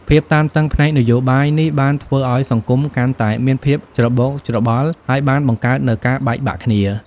ភាពតានតឹងផ្នែកនយោបាយនេះបានធ្វើឲ្យសង្គមកាន់តែមានភាពច្របូកច្របល់ ហើយបានបង្កើតនូវការបែកបាក់គ្នា។